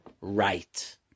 right